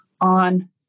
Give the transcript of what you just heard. on